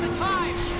time